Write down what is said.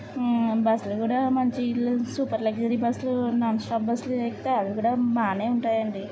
బస్సులు కూడా మంచి సూపర్ లగ్జరీ బస్సులు నాన్ స్టాప్ బస్సులు ఎక్కితే అవి కూడా బాగానే ఉంటాయి అండి